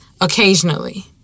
Occasionally